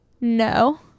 No